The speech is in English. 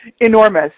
enormous